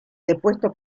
depuesto